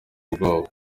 ubwoba